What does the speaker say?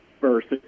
versus